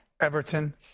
Everton